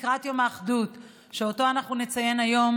לקראת יום האחדות שאותו אנחנו נציין היום,